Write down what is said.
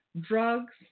drugs